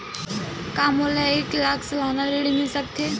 का मोला एक लाख सालाना ऋण मिल सकथे?